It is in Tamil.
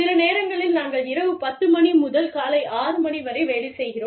சில நேரங்களில் நாங்கள் இரவு 10 மணி முதல் காலை 6 மணி வரை வேலை செய்கிறோம்